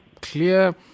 clear